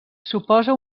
suposa